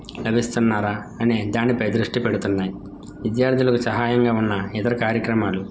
లభిస్తున్నారా అనే దానిపై దృష్టి పెడుతున్నాయి విద్యార్థులకు సహాయంగా ఉన్న ఇతర కార్యక్రమాలు